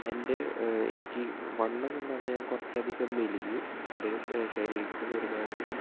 എൻ്റെ എനിക്ക് വണ്ണമുള്ളത് ഞാൻ കുറച്ചധികം മെലിഞ്ഞു എൻ്റെ ശരീരത്തിൽ നിന്ന് ഒരുപാടധികം